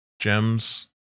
gems